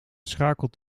schakelt